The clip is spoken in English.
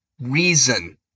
reason